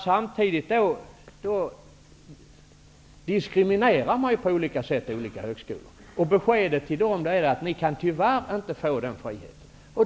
Samtidigt diskriminerar man på olika sätt andra högskolor. Beskedet till dem är: Ni kan tyvärr inte få den friheten.